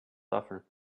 suffer